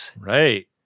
Right